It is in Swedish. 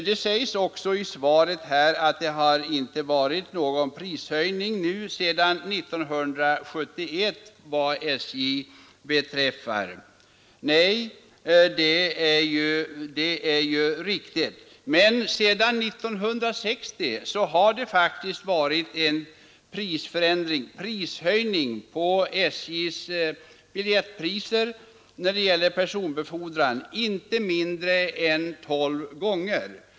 Det sägs också i svaret att det inte har skett någon prishöjning sedan 1971 vad SJ beträffar. Nej, det är riktigt. Men sedan 1960 har faktiskt prishöjningar på SJ:s biljettpriser när det gäller personbefordran förekommit inte mindre än tolv gånger.